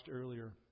earlier